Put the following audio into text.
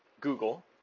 Google